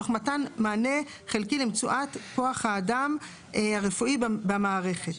תוך מתן מענה חלקי למציאת כוח האדם הרפואי במערכת.